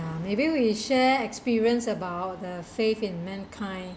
uh maybe we share experience about the faith in mankind